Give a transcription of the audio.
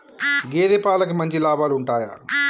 గేదే పాలకి మంచి లాభాలు ఉంటయా?